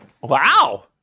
Wow